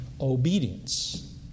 obedience